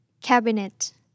Cabinet